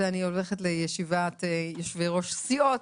אני הולכת לישיבת יושבי-ראש סיעות,